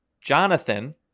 Jonathan